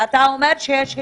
אתה אומר שיש התקדמות.